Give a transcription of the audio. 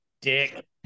Dick